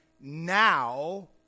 now